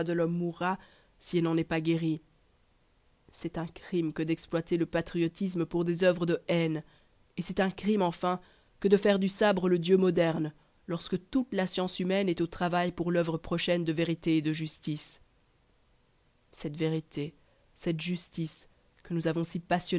si elle n'en est pas guérie c'est un crime que d'exploiter le patriotisme pour des oeuvres de haine et c'est un crime enfin que de faire du sabre le dieu moderne lorsque toute la science humaine est au travail pour l'oeuvre prochaine de vérité et de justice cette vérité cette justice que nous avons